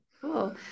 Cool